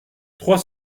trois